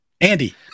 andy